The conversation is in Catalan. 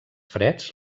freds